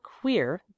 queer